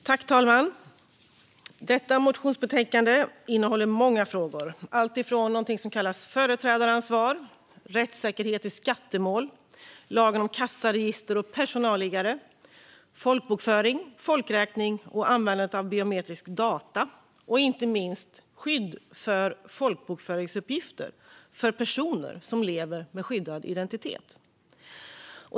Fru talman! Detta motionsbetänkande innehåller många viktiga frågor - alltifrån något som kallas för företrädaransvar och rättssäkerhet i skattemål till lagen om kassaregister och personalliggare, folkbokföring, folkräkning och användande av biometriska data, och inte minst, skydd för folkbokföringsuppgifter för personer som lever med skyddad identitet.